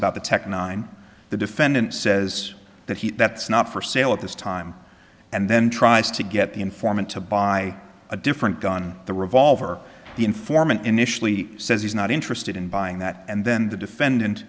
about the tech nine the defendant says that he that's not for sale at this time and then tries to get the informant to buy a different gun the revolver the informant initially says he's not interested in buying that and then the defendant